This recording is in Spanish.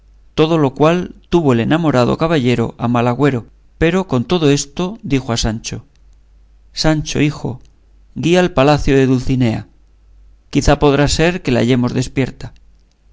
todo lo cual tuvo el enamorado caballero a mal agüero pero con todo esto dijo a sancho sancho hijo guía al palacio de dulcinea quizá podrá ser que la hallemos despierta